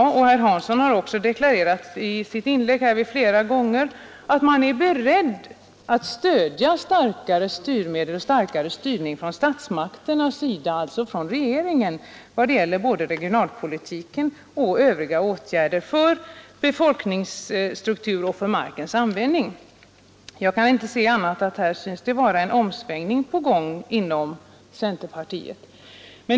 Herr Hansson i Skegrie har också flera gånger deklarerat att man är beredd att stödja en starkare styrning från regeringen när det gäller både regionalpolitiken och övriga åtgärder för befolkningsstruktur och markanvändning. Jag kan inte finna annat än att en omsvängning synes vara på gång inom centerpartiet.